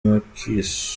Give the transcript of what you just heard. marquis